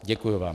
Děkuji vám.